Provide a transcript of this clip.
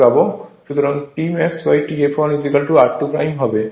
সুতরাং T maxT fl r2 হবে